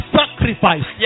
sacrifice